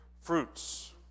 fruits